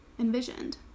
envisioned